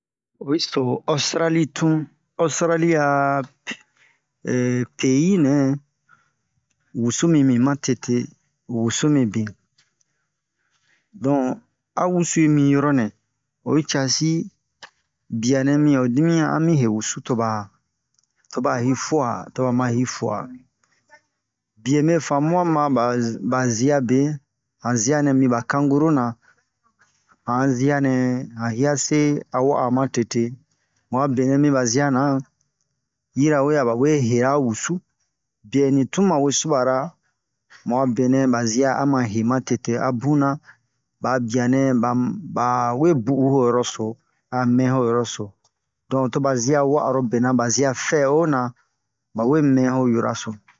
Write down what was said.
oyi so ostrali tun ostrali a peyi nɛ wusu mimi ma tete wusu mibin don a wusu yi mi yoro nɛ oyi casi bianɛ mi o dimiyan a mi he wusu toba toba hi fua toba ma hi fua bie mɛ famua ma ba ba ziabe han zianɛ mi kanguru na han a zianɛ han hiase a wa'a ma tete mu a benɛ miba zia na yirawe a ba we hera wusu biɛ ni tun ma we subara mu a benɛ ba zia a ma he ma tete a buna ba'a bianɛ ba bawe bu'u ho yoroso don toba zia wa'aro benɛ a ba zia fɛ'ona ba we mɛ ho horaso